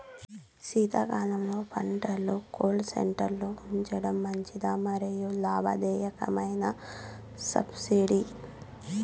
శీతాకాలంలో పంటలు cold storage లో ఉంచడం మంచిదా? మరియు లాభదాయకమేనా, సెప్పండి